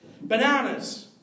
Bananas